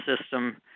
system